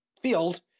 field